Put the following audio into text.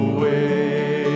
Away